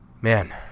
man